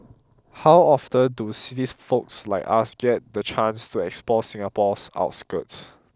how often do city folks like us get the chance to explore Singapore's outskirts